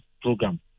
program